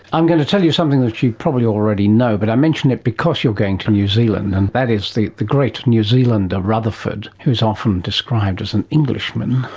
um going to tell you something that you probably already know, but i mention it because you're going to new zealand, and that is the the great new zealander, rutherford, who is often described as an englishman,